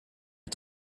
der